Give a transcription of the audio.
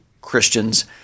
Christians